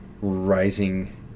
rising